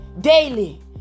daily